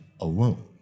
alone